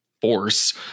force